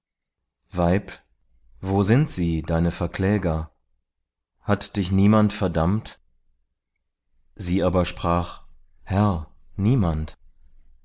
weib wo sind sie deine verkläger hat dich niemand verdammt sie aber sprach herr niemand